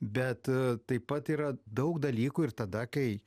bet taip pat yra daug dalykų ir tada kai